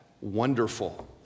wonderful